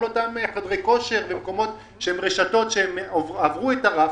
אני מדבר על כל אותם חדרי כושר ומקומות שהם רשתות שהם עברו את הרף